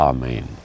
Amen